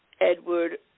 Edward